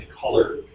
color